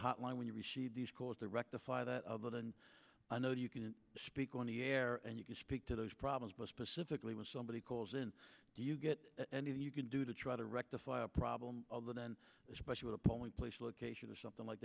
hotline when you receive these calls to rectify that other than i know you can speak on the air and you can speak to those problems but specifically when somebody calls in do you get anything you can do to try to rectify a problem then especially with a polling place location or something like